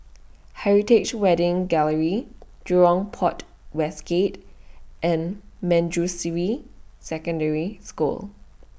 Heritage Wedding Gallery Jurong Port West Gate and Manjusri Secondary School